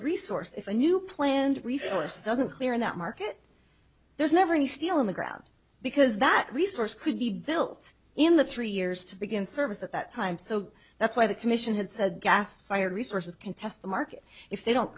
resource if a new plant resource doesn't clear in that market there's never any steel in the ground because that resource could be built in the three years to begin service at that time so that's why the commission had said gas fired resources can test the market if they don't